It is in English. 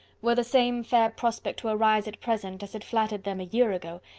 were the same fair prospect to arise at present as had flattered them a year ago,